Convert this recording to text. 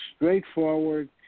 straightforward